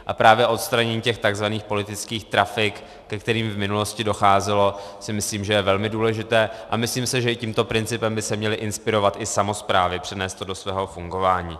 A právě odstranění těch takzvaných politických trafik, ke kterým v minulosti docházelo, si myslím, že je velmi důležité, a myslím si, že tímto principem by se měly inspirovat i samosprávy, přenést to do svého fungování.